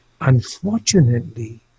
Unfortunately